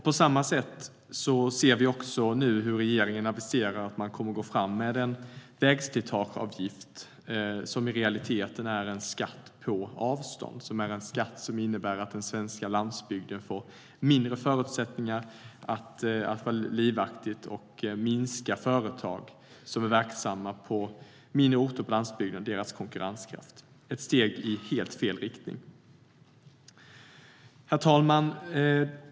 På samma sätt ser vi nu hur regeringen aviserar att man kommer att gå fram med en vägslitageavgift som i realiteten är en skatt på avstånd, en skatt som innebär att den svenska landsbygden får mindre förutsättningar att vara livaktig och som minskar konkurrenskraften för företag som är verksamma på mindre orter på landsbygden. Det är ett steg i helt fel riktning. Herr talman!